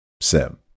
sim